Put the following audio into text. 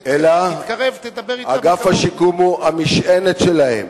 אלא אגף השיקום הוא המשענת שלהם.